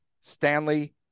Stanley